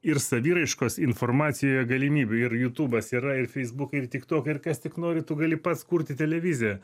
ir saviraiškos informacijoje galimybių ir jutūbas yra ir feisbukai ir tik tokai ir kas tik nori tu gali pats kurti televiziją